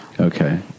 Okay